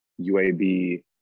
UAB